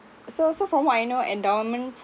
so so from what I know endowment